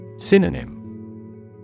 Synonym